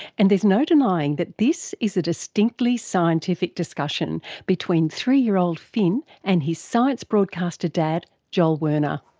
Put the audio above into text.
and there's no denying that this is a distinctly scientific discussion between three-year-old finn and his science broadcaster dad, joel werner.